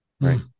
right